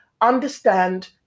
understand